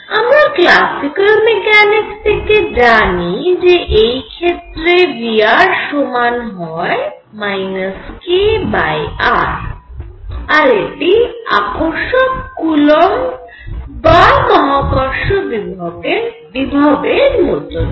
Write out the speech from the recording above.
আমরা classical mechanics থেকে জানি যে এই ক্ষেত্রে V সমান হয় kr আর এটি আকর্ষক কুলম্ব বা মহাকর্ষ বিভবের মতন হয়